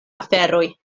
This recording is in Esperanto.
aferoj